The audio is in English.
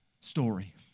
story